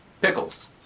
Pickles